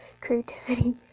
creativity